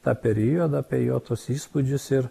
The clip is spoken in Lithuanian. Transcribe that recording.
tą periodą apie jo tuos įspūdžius ir